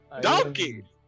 Donkey